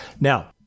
Now